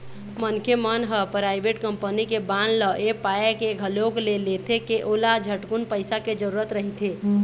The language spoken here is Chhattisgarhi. मनखे मन ह पराइवेट कंपनी के बांड ल ऐ पाय के घलोक ले लेथे के ओला झटकुन पइसा के जरूरत रहिथे